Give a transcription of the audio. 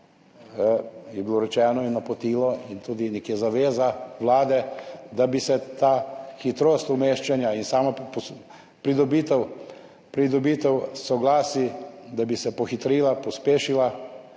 je bilo rečeno, da je napotilo in tudi nekako zaveza Vlade, da bi se ta hitrost umeščanja in sama pridobitev soglasij pohitrila, pospešila.